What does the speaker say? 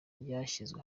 ryashyizwe